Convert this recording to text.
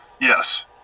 Yes